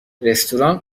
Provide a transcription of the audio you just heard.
رستوران